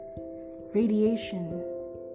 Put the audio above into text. Radiation